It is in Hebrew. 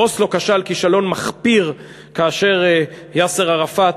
אוסלו כשל כישלון מחפיר כאשר יאסר ערפאת,